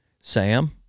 Sam